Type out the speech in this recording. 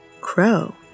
Crow